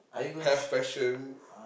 have passion